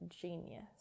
genius